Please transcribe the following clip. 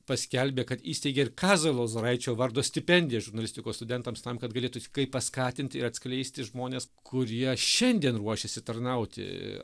paskelbė kad įsteigė ir kazio lozoraičio vardo stipendiją žurnalistikos studentams tam kad galėtų kaip paskatinti ir atskleisti žmones kurie šiandien ruošiasi tarnauti